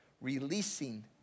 releasing